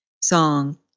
song